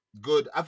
good